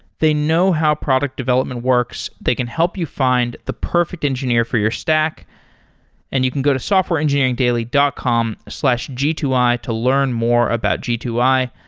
they know how product development works. they can help you find the perfect engineer for your stack and you can go to softwareengineeringdaily dot com slash g two i to learn more about g two i.